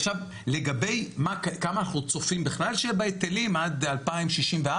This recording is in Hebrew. לגבי כמה אנחנו צופים בכלל שיהיה בהיטלים עד 2064,